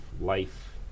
life